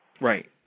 Right